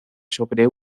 sobre